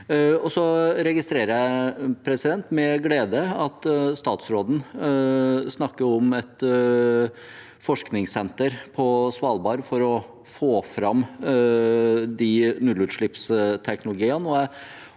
Jeg registrerer med glede at statsråden snakker om et forskningssenter på Svalbard for å få fram de nullutslippsteknologiene.